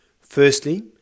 Firstly